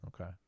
Okay